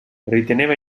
riteneva